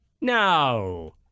No